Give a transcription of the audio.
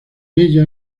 ella